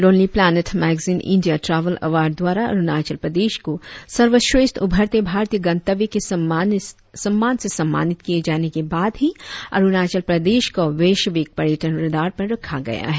lonely planet magazine India travel award द्वारा अरुणाचल प्रदेश को सर्वश्रेष्ठ उभरते भारतीय गंतव्य के सम्मान से सम्मानित किए जाने के बाद ही अरुणाचल प्रदेश को वैश्विक पर्यटन रडार पर रखा गया है